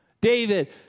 David